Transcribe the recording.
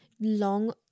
long